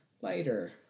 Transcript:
lighter